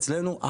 אצלנו,